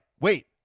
wait